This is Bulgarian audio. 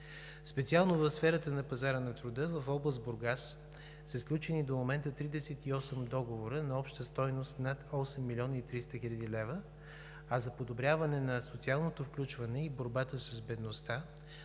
Специално в сферата на пазара на труда в област Бургас са сключени до момента 38 договора на обща стойност над 8 млн. 300 хил. лв. За подобряване на социалното включване и борбата с бедността